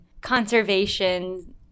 conservation